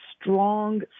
strong